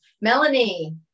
Melanie